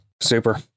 Super